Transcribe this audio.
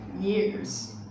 years